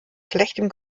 schlechtem